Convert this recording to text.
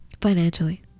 financially